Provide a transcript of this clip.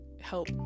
help